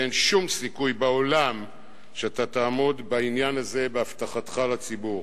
ואין שום סיכוי בעולם שאתה תעמוד בעניין הזה בהבטחתך לציבור,